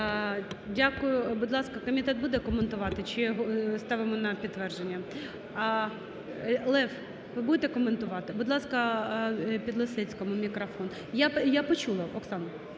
Дякую. Будь ласка, комітет буде коментувати чи ставимо на підтвердження? Лев, ви будете коментувати? Будь ласка, Підлісецькому мікрофон. Я почула, Оксано.